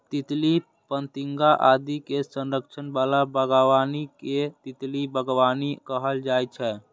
तितली, फतिंगा आदि के संरक्षण बला बागबानी कें तितली बागबानी कहल जाइ छै